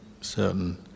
certain